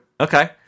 Okay